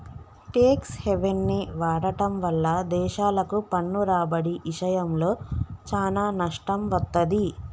tax హెవెన్ని వాడటం వల్ల దేశాలకు పన్ను రాబడి ఇషయంలో చానా నష్టం వత్తది